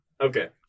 Okay